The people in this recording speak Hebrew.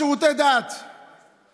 אתה יודע למה?